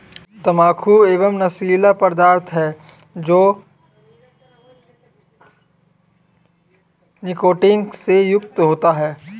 तंबाकू एक नशीला पदार्थ है जो निकोटीन से युक्त होता है